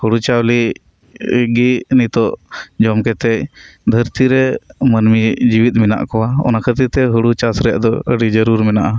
ᱦᱩᱲᱩ ᱪᱟᱣᱞᱮ ᱨᱤᱜᱤ ᱱᱤᱛᱚᱜ ᱡᱚᱢᱠᱮᱛᱮᱜ ᱫᱷᱟᱹᱨᱛᱤ ᱨᱮ ᱢᱟᱹᱱᱢᱤ ᱡᱤᱣᱤᱫ ᱢᱮᱱᱟᱜ ᱠᱚᱣᱟ ᱚᱱᱟᱠᱷᱟᱹᱛᱤᱨ ᱛᱮ ᱦᱩᱲᱩ ᱪᱟᱥᱨᱮᱭᱟᱜ ᱫᱚ ᱟᱹᱰᱤ ᱡᱟᱹᱨᱩᱲ ᱢᱮᱱᱟᱜ ᱟ